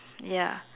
ya